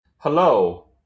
Hello